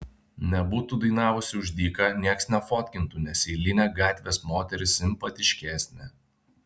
nebūtų dainavusi už dyką nieks nefotkintų nes eilinė gatvės moteris simpatiškesnė